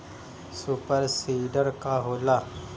Super seeder का होला?